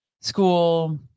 school